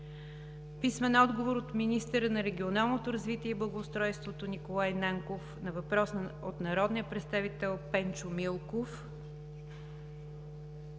Ибрямов; - министъра на регионалното развитие и благоустройството Николай Нанков на въпрос от народния представител Пенчо Милков;